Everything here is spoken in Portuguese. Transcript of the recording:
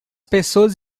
pessoas